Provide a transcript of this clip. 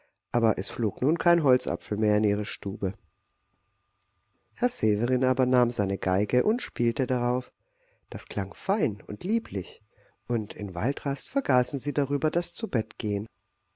aber es flog nun kein holzapfel mehr in ihre stube herr severin aber nahm seine geige und spielte darauf das klang fein und lieblich und in waldrast vergaßen sie darüber das zubettgehen